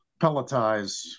pelletize